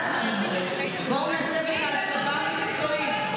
בואו נעשה בכלל צבא מקצועי.